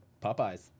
Popeyes